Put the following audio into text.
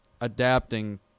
adapting